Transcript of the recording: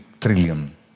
trillion